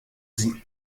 sie